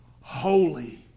holy